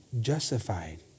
justified